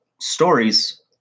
stories